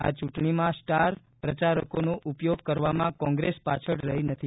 આ ચૂંટણીમાં સ્ટારનો પ્રચારક તરીકે ઉપયોગ કરવામાં કોંગ્રેસ પાછળ રહી નથી